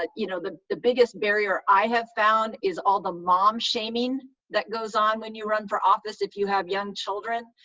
ah you know the the biggest barrier i have found is all the mom-shaming that goes on when you run for office if you have young children.